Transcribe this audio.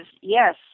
yes